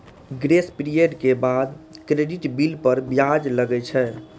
grace period के बाद credit bill पर ब्याज लागै छै